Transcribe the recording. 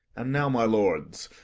and now, my lords,